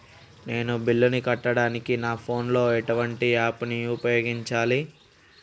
నేను బిల్లులను కట్టడానికి నా ఫోన్ లో ఎటువంటి యాప్ లను ఉపయోగించాలే?